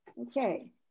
Okay